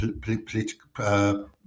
political